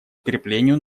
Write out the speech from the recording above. укреплению